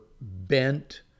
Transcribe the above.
bent